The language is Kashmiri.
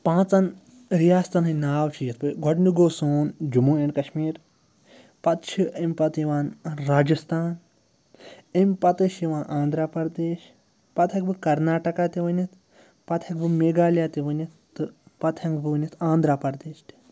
پانٛژَن رِیاستَن ہٕنٛدۍ ناو چھِ یِتھ پٲٹھۍ گۄڈنِک گوٚو سون جموں اینٛڈ کَشمیٖر پَتہٕ چھِ اَمہِ پَتہٕ یِوان راجِستھان امہِ پَتہٕ چھِ یِوان آنٛدرا پردیش پَتہٕ ہٮ۪کہٕ بہٕ کرناٹکا تہِ ؤنِتھ پَتہٕ ہٮ۪کہٕ بہٕ میگالیہ تہِ ؤنِتھ تہٕ پَتہٕ ہینٛکہٕ بہٕ ؤنِتھ آنٛدرا پردیش تہِ